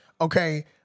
okay